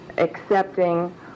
accepting